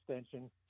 extension